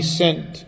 sent